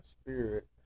spirit